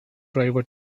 driver